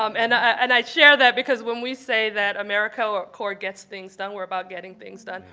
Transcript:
um and and i share that because when we say that americorps gets things done, we're about getting things done,